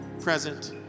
present